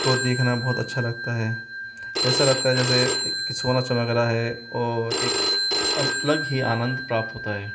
को देखना बहुत अच्छा लगता है ऐसा लगता है जैसे कि सोना चमक रहा है और एक अलग ही आनंद प्राप्त होता है